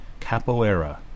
Capoeira